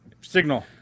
signal